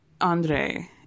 Andre